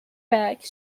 back